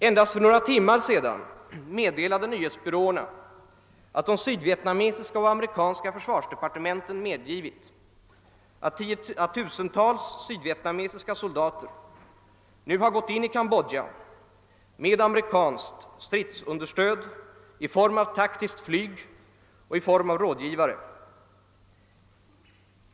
Endast för några timmar sedan meddelade nyhetsbyråerna att de sydvietnamesiska och amerikanska försvarsdepartementen medgivit, att tusentals sydvietnamesiska soldater nu har gått in i Kambodja med amerikanskt stridsunderstöd i form av taktiskt flyg och rådgivare.